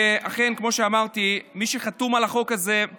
אכן, כמו שאמרתי, מי שחתום על החוק הזה זה